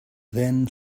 then